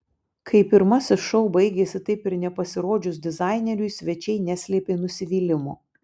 kai pirmasis šou baigėsi taip ir nepasirodžius dizaineriui svečiai neslėpė nusivylimo